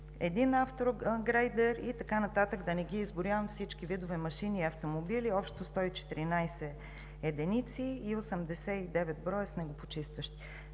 един автогрейдер, да не ги изброявам всичките машини и автомобили, общо 114 единици и 89 броя снегопочистващи,